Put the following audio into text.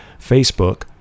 facebook